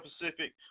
Pacific